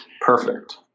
Perfect